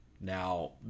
Now